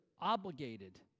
obligated